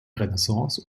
renaissance